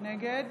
נגד